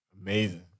Amazing